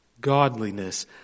Godliness